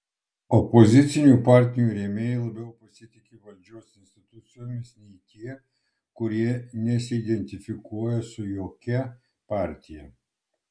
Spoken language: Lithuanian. opozicinių partijų rėmėjai labiau pasitiki valdžios institucijomis nei tie kurie nesiidentifikuoja su jokia partija